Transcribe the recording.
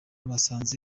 basanze